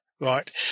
right